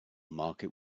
market